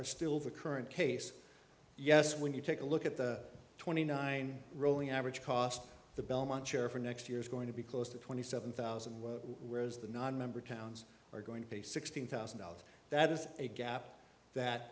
are still the current case yes when you take a look at the twenty nine rolling average cost the belmont chair for next there's going to be close to twenty seven thousand whereas the nonmember towns are going to pay sixteen thousand dollars that is a gap that